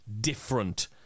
different